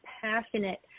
passionate